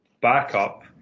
backup